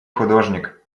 художник